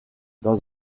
dans